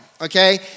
okay